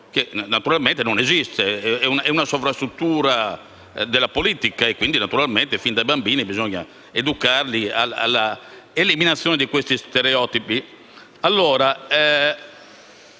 che naturalmente non esiste ed è una sovrastruttura della politica. Quindi, fin da bambini bisogna educarli all'eliminazione di siffatti stereotipi.